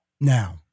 Now